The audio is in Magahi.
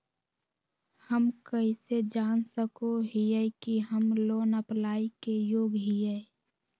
हम कइसे जान सको हियै कि हम लोन अप्लाई के योग्य हियै?